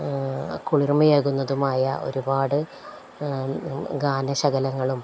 കുളിർമയെകുന്നതുമായ ഒരുപാട് ഗാനം ശകലങ്ങളും